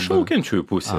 šaukiančiųjų pusę